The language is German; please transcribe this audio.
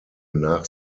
nach